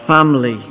family